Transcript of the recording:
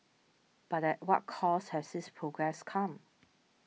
but at what cost has this progress come